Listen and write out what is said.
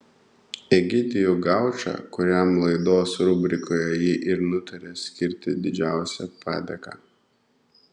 egidijų gaučą kuriam laidos rubrikoje ji ir nutarė skirti didžiausią padėką